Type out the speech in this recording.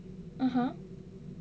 (uh huh)